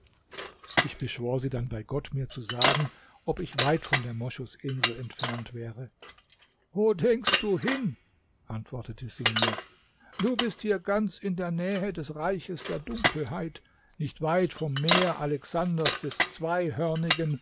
ich beschwor sie dann bei gott mir zu sagen ob ich weit von der moschusinsel entfernt wäre wo denkst du hin antwortete sie mir du bist hier ganz in der nähe des reiches der dunkelheit nicht weit vom meer alexanders des